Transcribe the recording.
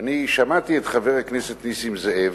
אני שמעתי את חבר הכנסת נסים זאב,